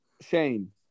Shane